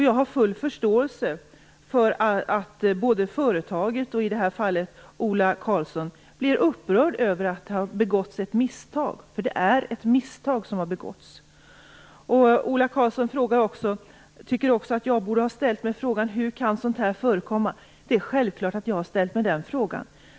Jag har full förståelse för att både företaget och Ola Karlsson blir upprörda över att det har begåtts ett misstag, för det är ett misstag som har begåtts. Ola Karlsson tycker också att jag borde ha ställt mig frågan hur sådant här kan förekomma. Det är självklart att jag har ställt mig den frågan.